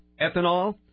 ethanol